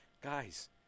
guys